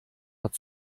hat